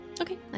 Okay